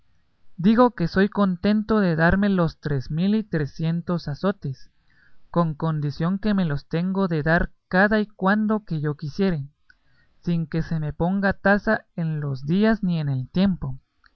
digo que soy contento de darme los tres mil y trecientos azotes con condición que me los tengo de dar cada y cuando que yo quisiere sin que se me ponga tasa en los días ni en el tiempo